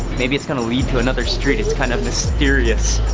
maybe it's going to lead to another street, it's kind of mysterious.